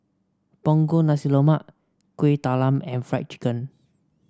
Punggol Nasi Lemak Kueh Talam and Fried Chicken